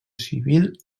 civil